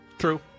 true